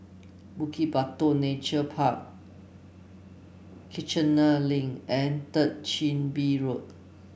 Bukit Batok Nature Park Kiichener Link and Third Chin Bee Road